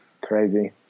crazy